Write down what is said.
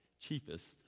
chiefest